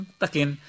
takin